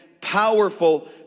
powerful